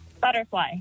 Butterfly